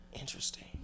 interesting